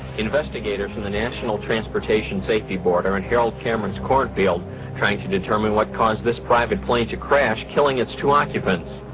investigators from the national transportation safety board are and here on cameron's corn field trying to determine what caused this private plane to crash, killing its two occupants.